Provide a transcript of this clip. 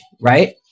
Right